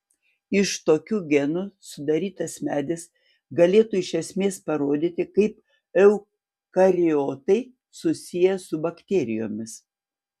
iš tokių genų sudarytas medis galėtų iš esmės parodyti kaip eukariotai susiję su bakterijomis